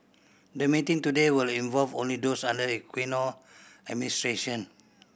the meeting today will involve only those under the Aquino administration